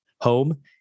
home